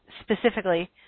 specifically